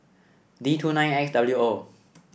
D two nine X W O